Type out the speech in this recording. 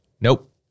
Nope